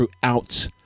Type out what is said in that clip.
throughout